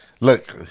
Look